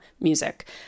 music